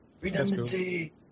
Redundancy